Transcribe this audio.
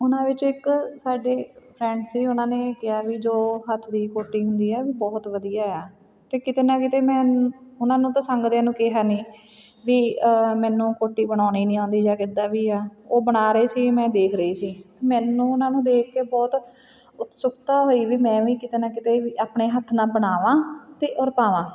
ਉਹਨਾਂ ਵਿੱਚ ਇੱਕ ਸਾਡੇ ਫਰੈਂਡ ਸੀ ਉਹਨਾਂ ਨੇ ਕਿਹਾ ਵੀ ਜੋ ਹੱਥ ਦੀ ਕੋਟੀ ਹੁੰਦੀ ਹੈ ਵੀ ਬਹੁਤ ਵਧੀਆ ਆ ਅਤੇ ਕਿਤੇ ਨਾ ਕਿਤੇ ਮੈਂ ਉਹਨਾਂ ਨੂੰ ਤਾਂ ਸੰਗਦਿਆਂ ਨੂੰ ਕਿਹਾ ਨਹੀਂ ਵੀ ਮੈਨੂੰ ਕੋਟੀ ਬਣਾਉਣੀ ਨਹੀਂ ਆਉਂਦੀ ਜਾਂ ਕਿੱਦਾਂ ਵੀ ਆ ਉਹ ਬਣਾ ਰਹੇ ਸੀ ਮੈਂ ਦੇਖ ਰਹੀ ਸੀ ਮੈਨੂੰ ਉਹਨਾਂ ਨੂੰ ਦੇਖ ਕੇ ਬਹੁਤ ਉਕਸੁਕਤਾ ਹੋਈ ਵੀ ਮੈਂ ਵੀ ਕਿਤੇ ਨਾ ਕਿਤੇ ਵੀ ਆਪਣੇ ਹੱਥ ਨਾਲ ਬਣਾਵਾਂ ਅਤੇ ਔਰ ਪਾਵਾਂ